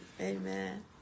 Amen